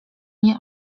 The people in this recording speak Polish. nie